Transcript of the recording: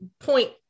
point